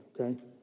okay